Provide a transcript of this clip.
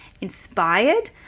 inspired